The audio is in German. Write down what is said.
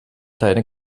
deine